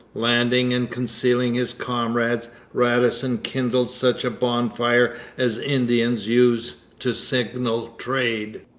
landing and concealing his comrades, radisson kindled such a bonfire as indians used to signal trade.